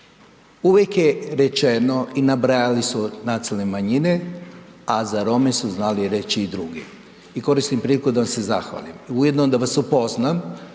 Uvijek je rečeno i nabrajali su nacionalne manjine, a za Rome su znali reći i drugi i koristim priliku da vam se zahvalim, ujedno da vas upoznam,